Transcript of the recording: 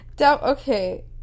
Okay